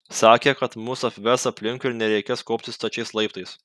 sakė kad mus apves aplink ir nereikės kopti stačiais laiptais